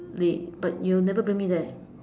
but you'll never bring me there